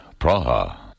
Praha